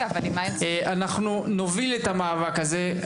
אנחנו נוביל את המאבק הזה.